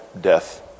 death